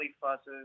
fusses